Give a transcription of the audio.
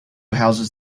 houses